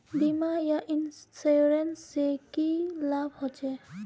बीमा या इंश्योरेंस से की लाभ होचे?